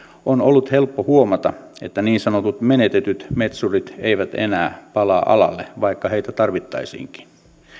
on ollut helppo huomata että niin sanotut menetetyt metsurit eivät enää palaa alalle vaikka heitä tarvittaisiinkin